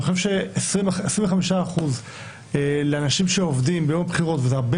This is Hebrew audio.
אני חושב ש-25% לאנשים שעובדים ביום הבחירות אלה הרבה